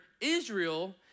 Israel